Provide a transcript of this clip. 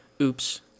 Oops